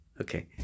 Okay